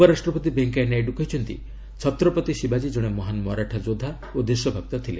ଉପରାଷ୍ଟ୍ରପତି ଭେଙ୍କିୟା ନାଇଡୁ କହିଛନ୍ତି ଛତ୍ରପତି ଶିବାଜୀ ଜଣେ ମହାନ ମରାଠା ଯୋଦ୍ଧା ଓ ଦେଶଭକ୍ତ ଥିଲେ